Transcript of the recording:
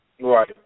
Right